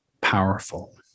powerful